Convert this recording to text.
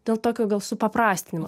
dėl tokio gal supaprastinimo